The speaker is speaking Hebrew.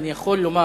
ואני יכול לומר,